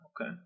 okay